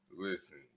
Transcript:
Listen